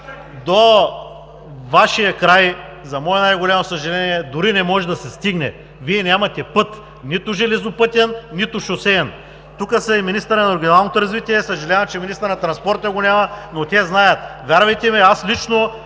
до Вашия край за мое най-голямо съжаление дори не може да се стигне. Вие нямате път, нито железопътен, нито шосеен. Тук е министърът на регионалното развитие. Съжалявам, че министърът на транспорта го няма, но те знаят. Вярвайте ми, аз лично